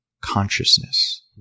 Consciousness